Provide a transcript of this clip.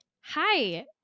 hi